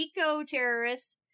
eco-terrorists